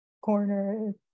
corner